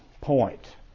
point